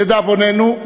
לדאבוננו,